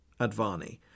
Advani